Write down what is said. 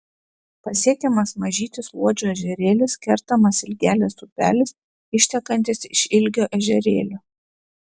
pasiekiamas mažytis luodžio ežerėlis kertamas ilgelės upelis ištekantis iš ilgio ežerėlio